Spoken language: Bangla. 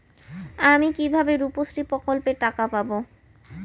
আমি কিভাবে রুপশ্রী প্রকল্পের টাকা পাবো?